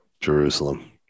Jerusalem